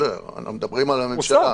אנחנו מדברים על הממשלה.